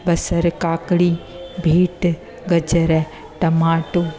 बसरी काकड़ी बीट गजरु टमाटो